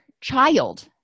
child